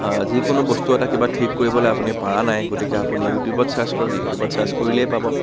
যিকোনো বস্তু এটা কিবা ঠিক কৰিবলে আপুনি পৰা নাই গতিকে আপুনি ইউটিউবত চাৰ্ছ কৰক ইউটিউবত চাৰ্ছ কৰিলেই পাব